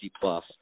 plus